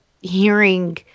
hearing